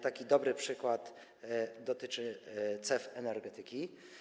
Taki dobry przykład dotyczy CEF Energetyki.